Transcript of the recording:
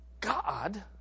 God